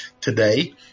today –